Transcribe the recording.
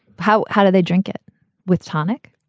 how how do they drink it with tonic?